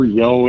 yo